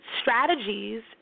strategies